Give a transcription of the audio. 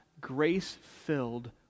grace-filled